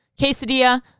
Quesadilla